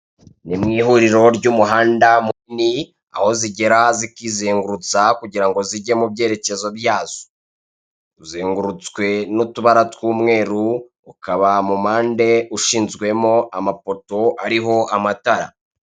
Ni mu ihuriro ry'umuhanda mu nini aho zigera zikizengurutsa kugira ngo zige mu byerekezo byazo. Uzengurutswe n'utubara tw'umweru ukaba mu mpande ushinzwemo amapoto ariho amatara.